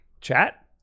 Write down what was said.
Chat